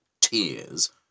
tears